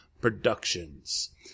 Productions